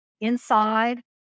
Inside